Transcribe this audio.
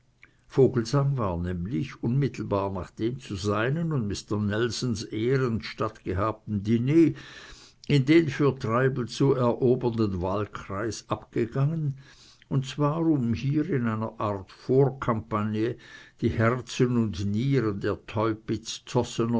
vogelsang war nämlich unmittelbar nach dem zu seinen und mister nelsons ehren stattgehabten diner in den für treibel zu erobernden wahlkreis abgegangen und zwar um hier in einer art vorkampagne die herzen und nieren der